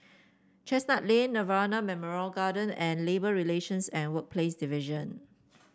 Chestnut Lane Nirvana Memorial Garden and Labour Relations and Workplace Division